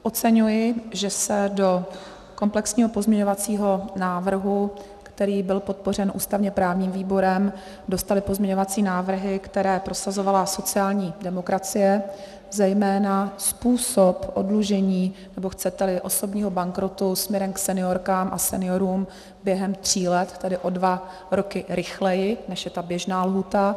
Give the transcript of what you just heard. Oceňuji, že se do komplexního pozměňovacího návrhu, který byl podpořen ústavněprávním výborem, dostaly pozměňovací návrhy, které prosazovala sociální demokracie, zejména způsob oddlužení, nebo chceteli osobního bankrotu, směrem k seniorkám a seniorům během tří let, tedy o dva roky rychleji, nežli je běžná lhůta.